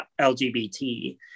LGBT